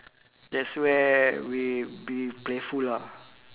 that's where we be playful lah